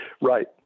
Right